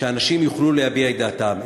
שאנשים יוכלו להביע את דעתם.